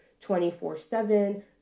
24-7